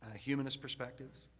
humanist perspectives,